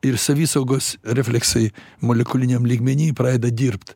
ir savisaugos refleksai molekuliniam lygmeny pradeda dirbt